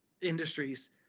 industries